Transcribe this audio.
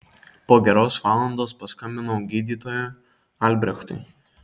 po geros valandos paskambinau gydytojui albrechtui